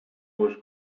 was